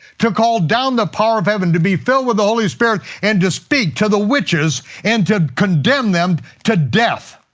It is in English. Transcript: to call down the power of heaven, to be filled with the holy spirit, and to speak to the witches and to condemn them to death.